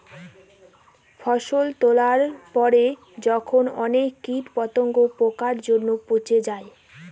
ফসল তোলার পরে যখন অনেক কীট পতঙ্গ, পোকার জন্য পচে যায়